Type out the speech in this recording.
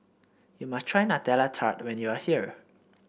you must try Nutella Tart when you are here